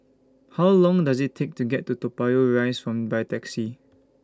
How Long Does IT Take to get to Toa Payoh Rise By Taxi